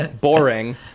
boring